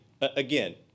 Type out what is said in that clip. again